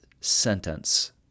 sentence